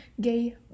gay